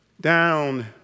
down